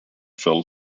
fell